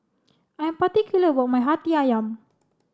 I am particular about my Hati Ayam